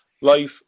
life